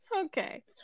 Okay